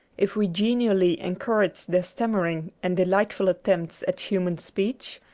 if we genially encouraged their stam mering and delightful attempts at human speech,